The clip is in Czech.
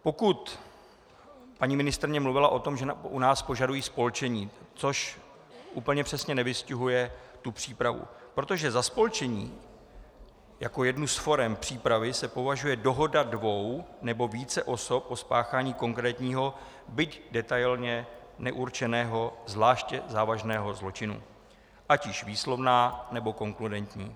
Pokud paní ministryně mluvila o tom, že u nás požadují spolčení, což úplně přesně nevystihuje přípravu, protože za spolčení jako jednu z forem přípravy se považuje dohoda dvou nebo více osob o spáchání konkrétního, byť detailně neurčeného zvláště závažného zločinu, ať již výslovná, nebo konkludentní.